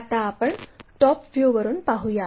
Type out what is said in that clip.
आता आपण टॉप व्ह्यूवरून पाहूया